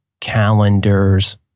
calendars